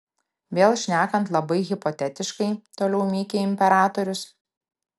vėl šnekant labai hipotetiškai toliau mykė imperatorius